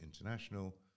International